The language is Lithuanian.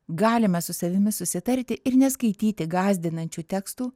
galime su savimi susitarti ir neskaityti gąsdinančių tekstų